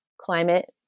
climate